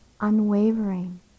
unwavering